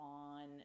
on